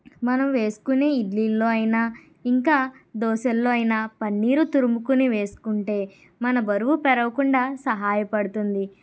మనం వేసుకునే ఇడ్లీ ల్లో అయినా ఇంకా దోసెల్లో అయినా పన్నీరు తురుముకుని వేసుకుంటే మన బరువు పెరగకుండా సహాయపడుతుంది అలాగే